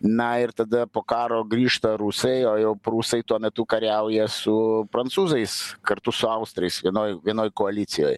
na ir tada po karo grįžta rusai o jau prūsai tuo metu kariauja su prancūzais kartu su austrais vienoj vienoj koalicijoj